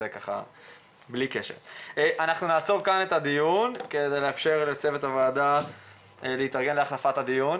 אנחנו נעצור כאן את הדיון כדי לאפשר לצוות הוועדה להתארגן להחלפת הדיון.